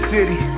City